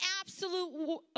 absolute